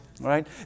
right